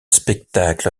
spectacle